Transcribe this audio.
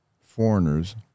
foreigners